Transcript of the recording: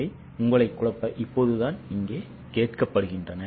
அவை உங்களை குழப்ப இப்போதுதான் இங்கே கேட்கப்படுகின்றன